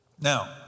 now